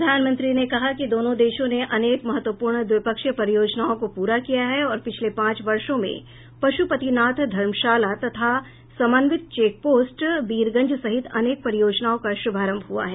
प्रधानमंत्री ने कहा कि दोनों देशों ने अनेक महत्वपूर्ण द्विपक्षीय परियोजनाओं को पूरा किया है और पिछले पांच वर्षो में पशुपतिनाथ धर्मशाला तथा समन्वित चेक पोस्ट बीरगंज सहित अनेक परियोजनाओं का शुभारंभ हुआ है